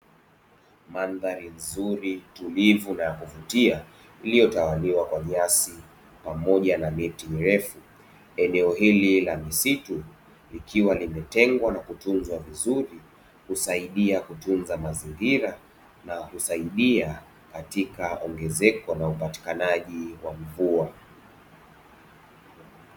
Mandhari nzuri tulivu na ya kuvutia iliyotawaliwa kwa nyasi pamoja na miti mirefu. Eneo hili la misitu likiwa limetengwa na kutunzwa vizuri husaidia kutunza mazingira na husaidia katika ongezeko la upatikanaji wa mvua.